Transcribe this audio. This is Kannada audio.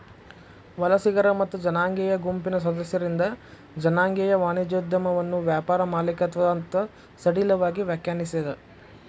ವಲಸಿಗರ ಮತ್ತ ಜನಾಂಗೇಯ ಗುಂಪಿನ್ ಸದಸ್ಯರಿಂದ್ ಜನಾಂಗೇಯ ವಾಣಿಜ್ಯೋದ್ಯಮವನ್ನ ವ್ಯಾಪಾರ ಮಾಲೇಕತ್ವ ಅಂತ್ ಸಡಿಲವಾಗಿ ವ್ಯಾಖ್ಯಾನಿಸೇದ್